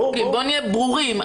בואו נהיה ברורים.